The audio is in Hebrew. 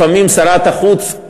לפעמים שרת החוץ,